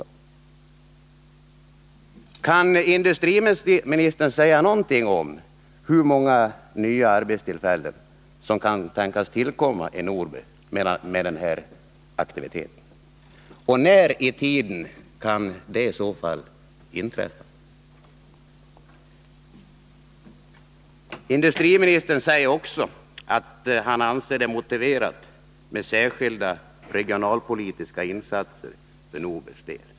Kan Fredagen den industriministern säga något om hur många nya arbetstillfällen som kan 7 november 1980 tänkas tillkomma i Norberg med den här aktiviteten och när i tiden det i så fall kan inträffa? Industriministern säger också att han anser det motiverat med särskilda regionalpolitiska insatser för Norbergs del.